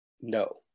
no